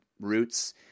roots